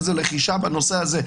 איזו לחישה בנושא הזה.